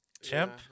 Chimp